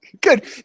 Good